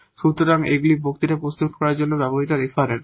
সুতরাং এগুলি বক্তৃতা প্রস্তুত করার জন্য ব্যবহৃত রেফারেন্স